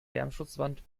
lärmschutzwand